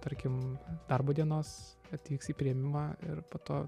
tarkim darbo dienos atvyks į priėmimą ir po to